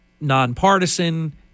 nonpartisan